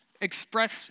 express